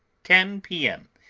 ten p. m.